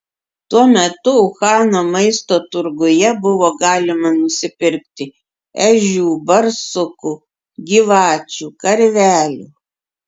tuo metu uhano maisto turguje buvo galima nusipirkti ežių barsukų gyvačių karvelių